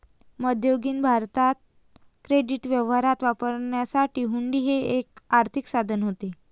मध्ययुगीन भारतात क्रेडिट व्यवहारात वापरण्यासाठी हुंडी हे एक आर्थिक साधन होते